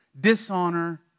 dishonor